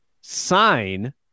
sign